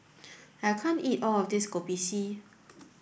I can't eat all of this Kopi C